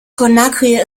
conakry